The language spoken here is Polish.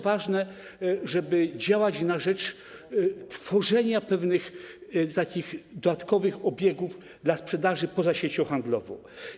Ważne, żeby działać na rzecz tworzenia pewnych dodatkowych obiegów dla sprzedaży poza siecią handlową.